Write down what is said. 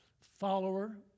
follower